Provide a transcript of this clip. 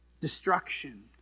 Destruction